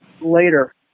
later